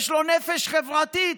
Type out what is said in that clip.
יש לו נפש חברתית.